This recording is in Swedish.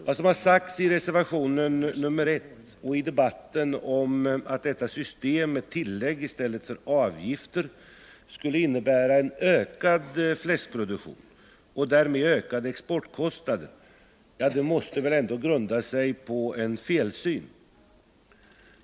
Vad som har sagts i reservation nr 1 och i debatten om att detta system med tillägg i stället för avgifter skulle innebära en ökad fläskproduktion och därmed ökade exportkostnader måste väl ändå grunda sig på en felsyn.